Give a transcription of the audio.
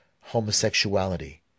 homosexuality